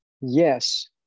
yes